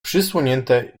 przysłonięte